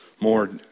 more